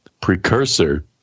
precursor